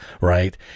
right